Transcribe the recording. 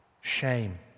shame